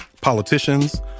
politicians